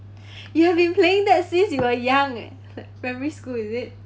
you have been playing that since you were young primary school is it